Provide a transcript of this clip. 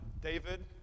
David